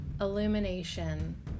illumination